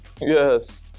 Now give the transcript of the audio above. Yes